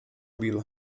bill